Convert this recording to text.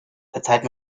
verzeiht